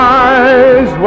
eyes